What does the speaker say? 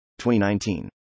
2019